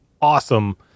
awesome